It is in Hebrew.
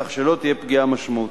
כך שלא תהיה פגיעה משמעותית,